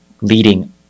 leading